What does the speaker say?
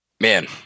Man